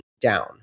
down